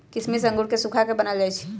किशमिश अंगूर के सुखा कऽ बनाएल जाइ छइ